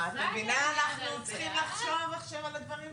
תפקידה של הכנסת הוא לפקח על עבודות